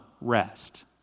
rest